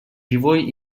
живой